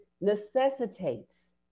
necessitates